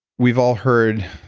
we've all heard,